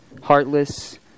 heartless